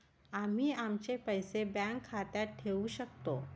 आम्ही आमचे पैसे बँक खात्यात ठेवू शकतो